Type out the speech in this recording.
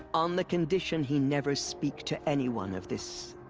on the condition he never speak to anyone of this.